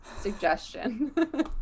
suggestion